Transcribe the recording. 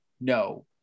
No